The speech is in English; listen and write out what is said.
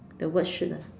the word shoot lah